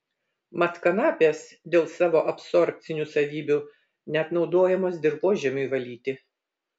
mat kanapės dėl savo absorbcinių savybių net naudojamos dirvožemiui valyti